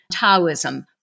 Taoism